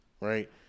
right